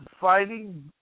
fighting